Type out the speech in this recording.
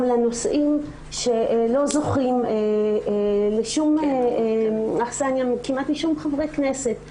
לנושאים שלא זוכים לשום אכסניה כמעט מאף חבר כנסת,